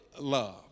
love